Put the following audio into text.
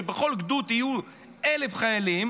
כשבכל גדוד יהיו 1,000 חיילים,